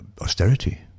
austerity